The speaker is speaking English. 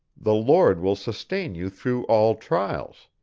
the lord will sustain you through all trials.